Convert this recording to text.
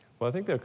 well, i think, ah